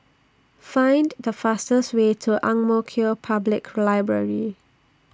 Find The fastest Way to Ang Mo Kio Public Library